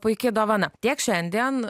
puiki dovana tiek šiandien